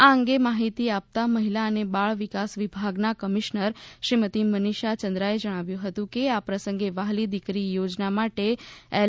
આ અંગે માહિતી આપતા મહિલા અને બાળ વિકાસ વિભાગના કમિશનર શ્રીમતિ મનિષા ચંદ્રાએ જણાવ્યું હતું કે આ પ્રસંગે વ્હાલી દીકરી યોજના માટે એલ